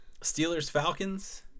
Steelers-Falcons